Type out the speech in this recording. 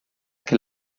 che